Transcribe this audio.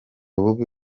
bubi